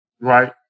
right